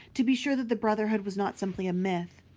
to be sure that the brotherhood was not simply a myth.